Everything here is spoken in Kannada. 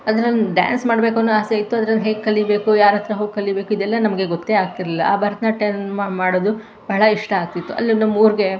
ಅಂದರೆ ನಂಗೆ ಡ್ಯಾನ್ಸ್ ಮಾಡಬೇಕು ಅನ್ನೋ ಆಸೆ ಇತ್ತು ಆದರೆ ಹೇಗೆ ಕಲಿಬೇಕು ಯಾರ ಹತ್ರ ಹೋಗಿ ಕಲಿಬೇಕು ಇದೆಲ್ಲ ನಮಗೆ ಗೊತ್ತೇ ಆಗ್ತಿರಲಿಲ್ಲ ಆ ಭರತನಾಟ್ಯ ಮಾಡೋದು ಬಹಳ ಇಷ್ಟ ಆಗ್ತಿತ್ತು ಅಲ್ಲಿ ನಮ್ಮೂರಿಗೆ